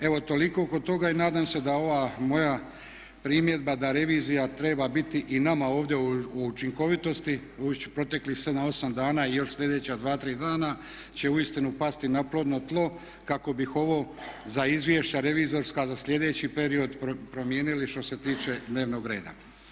Evo toliko oko toga i nadam se da ova moja primjedba da revizija treba biti i nama ovdje o učinkovitosti u proteklih 7, 8 dana i još slijedeća 2, 3 dana će uistinu pasti na plodno tlo kako bi ovo za izvješća revizorska za slijedeći period promijenili što se tiče dnevnog reda.